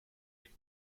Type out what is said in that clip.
die